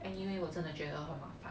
anyway 我真的觉得很麻烦